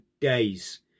days